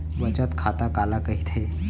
बचत खाता काला कहिथे?